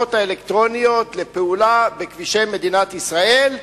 המצלמות האלקטרוניות לפעולה בכבישי מדינת ישראל,